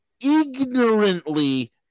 ignorantly